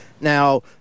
Now